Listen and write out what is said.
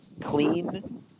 clean